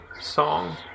song